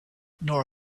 nora